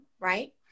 right